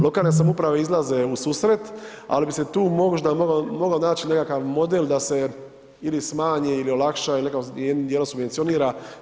Lokalne samouprave izlaze u susret, ali bi se tu možda mogao naći nekakav model da se ili smanji ili olakša, ili, rekao sam, jednim dijelom subvencionira.